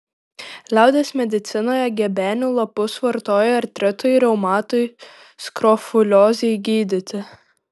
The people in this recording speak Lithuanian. liaudies medicinoje gebenių lapus vartoja artritui reumatui skrofuliozei gydyti